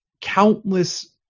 countless